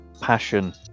Passion